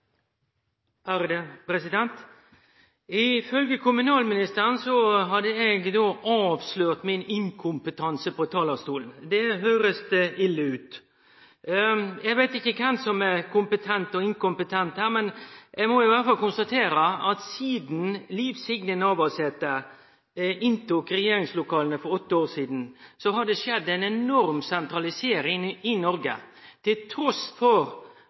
kommunalministeren har eg på talarstolen avslørt min inkompetanse – det høyrest ille ut. Eg veit ikkje kven som er kompetent og inkompetent her, men eg må i alle fall konstatere at sidan Liv Signe Navarsete inntok regjeringslokala for åtte år sidan, har det skjedd ei enorm sentralisering i Noreg, trass i at Senterpartiet seier dei jobbar for